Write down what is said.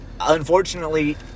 unfortunately